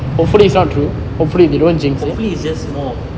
hopefully it's just more